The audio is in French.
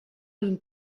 nous